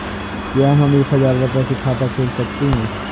क्या हम एक हजार रुपये से खाता खोल सकते हैं?